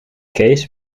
kees